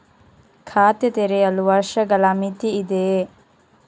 ಖಾತೆ ತೆರೆಯಲು ವರ್ಷಗಳ ಮಿತಿ ಇದೆಯೇ?